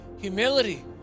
humility